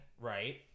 right